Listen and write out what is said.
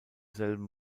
selben